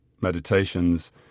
Meditations